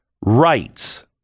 rights